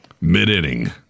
Mid-inning